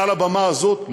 מעל הבמה הזאת,